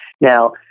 Now